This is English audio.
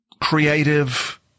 creative